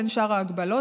בין שאר ההגבלות,